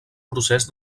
procés